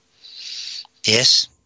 Yes